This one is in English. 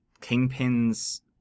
Kingpin's